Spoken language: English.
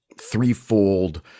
threefold